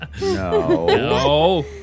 No